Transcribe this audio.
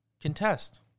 contest